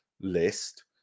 list